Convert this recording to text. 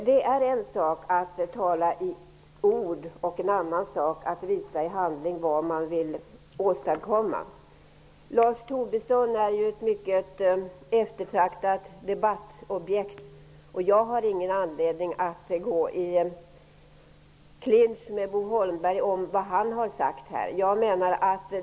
Det är en sak att tala i ord och en annan sak att visa i handling vad man vill åstadkomma. Lars Tobisson är ett mycket eftertraktat debattobjekt. Jag har inte någon anledning att gå i clinch med Bo Holmberg om vad Lars Tobisson har sagt.